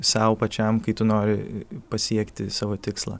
sau pačiam kai tu nori pasiekti savo tikslą